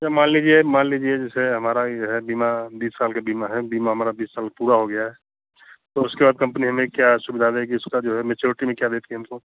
अच्छा मान लीजिए मान लीजिए जैसे हमारा ही है बीमा बीस साल का बीमा है बीमा हमारा बीस साल में पूरा हो गया है तो उसके बाद कम्पनी हमें क्या सुविधा देगी उसके बाद मैच्यूरिटी में क्या देगी हमको